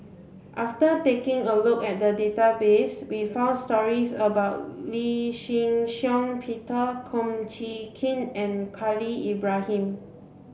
after taking a look at the database we found stories about Lee Shih Shiong Peter Kum Chee Kin and Khalil Ibrahim